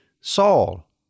Saul